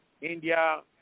India